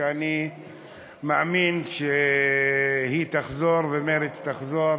ואני מאמין שהיא תחזור ומרצ תחזור,